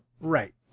Right